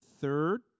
Third